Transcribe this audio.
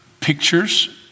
pictures